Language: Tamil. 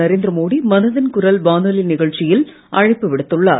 நரேந்திர மோடி மனதின் குரல் வானொலி நிகழ்ச்சியில் அழைப்பு விடுத்துள்ளார்